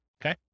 Okay